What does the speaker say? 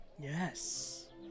Yes